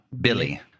Billy